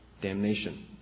damnation